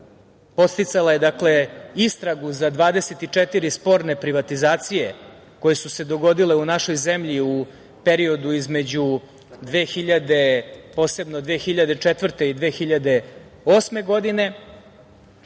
podsticale istragu za 24 sporne privatizacije koje su se dogodile u našoj zemlji u periodu između 2000, posebno